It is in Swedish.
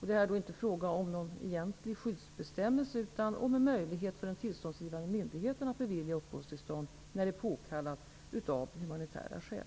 Det är här inte fråga om någon egentlig skyddsbestämmelse utan om en möjlighet för den tillståndsgivande myndigheten att bevilja uppehållstillstånd när det är påkallat av humanitära skäl.